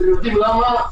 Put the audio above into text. ואתם יודעים למה?